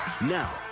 Now